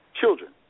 children